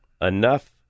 enough